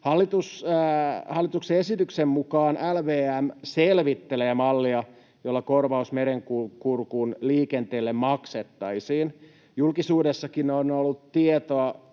Hallituksen esityksen mukaan LVM selvittelee mallia, jolla korvaus Merenkurkun liikenteelle maksettaisiin. Julkisuudessakin on ollut tietoa,